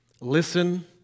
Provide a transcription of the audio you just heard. listen